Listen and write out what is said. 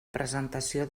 presentació